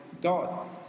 God